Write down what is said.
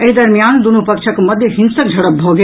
एहि दरमियान दुनू पक्षक मध्य हिंसक झड़प भऽ गेल